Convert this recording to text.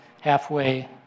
halfway